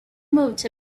moved